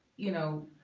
you know.